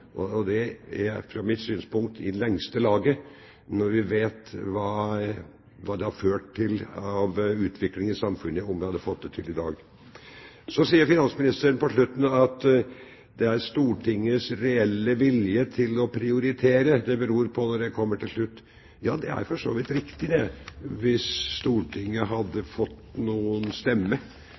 Fra mitt synspunkt er det i lengste laget når vi vet hva det hadde ført til av utvikling i samfunnet om vi hadde fått det til i dag. Så sier finansministeren at det er Stortingets reelle vilje til å prioritere det beror på til slutt. Ja, det er for så vidt riktig, det, hvis Stortinget hadde